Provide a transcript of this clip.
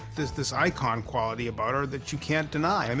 this this icon quality about her that you can't deny. i mean